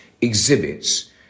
exhibits